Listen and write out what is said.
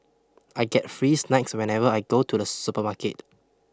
I get free snacks whenever I go to the supermarket